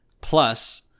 Plus